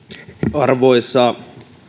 arvoisa